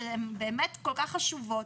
שהן באמת כל כך חשובות,